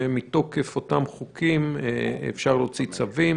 ומתוקף אותם חוקים אפשר להוציא צווים